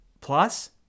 Plus